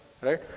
right